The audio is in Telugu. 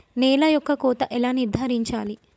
నేల యొక్క కోత ఎలా నిర్ధారించాలి?